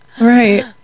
Right